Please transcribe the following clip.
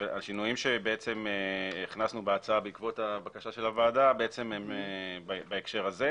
השינויים שבעצם הכנסנו בהצעה לבקשת הוועדה הם בהקשר הזה,